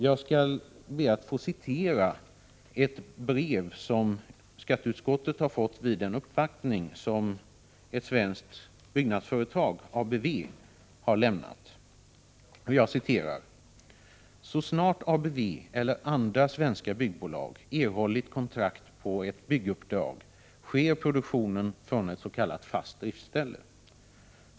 Jag skall be att få citera ett brev som skatteutskottet har fått vid en uppvaktning av ett svenskt byggnadsföretag, ABV. I brevet står bl.a. följande: ”Så snart ABV - eller andra svenska byggbolag — erhållit kontrakt på ett bygguppdrag sker produktionen från ett s.k. fast driftsställe.